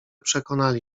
przekonali